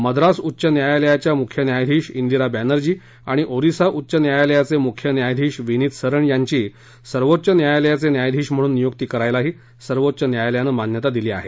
मद्रास उच्च न्यायालयाच्या मुख्य न्यायाधीश इंदिरा बॅनर्जी आणि ओरीसा उच्च न्यायालयाचे मुख्य न्यायाधीश विनीत सरण यांची सर्वोच्च न्यायालयाचे न्यायाधीश म्हणून नियुक्ती करायलाही सर्वोच्च न्यायालयानं मान्यता दिली आहे